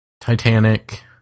Titanic